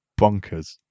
bonkers